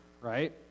right